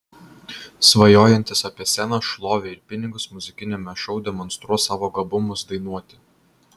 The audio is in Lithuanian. svajojantys apie sceną šlovę ir pinigus muzikiniame šou demonstruos savo gabumus dainuoti